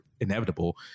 inevitable